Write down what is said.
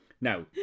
Now